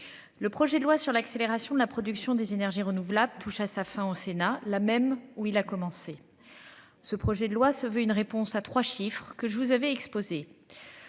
Le projet de loi sur l'accélération de la production des énergies renouvelables touche à sa fin au Sénat, là même où il a commencé. Ce projet de loi se veut une réponse à 3 chiffres que je vous avez exposé.